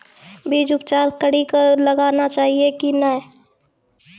बीज उपचार कड़ी कऽ लगाना चाहिए कि नैय?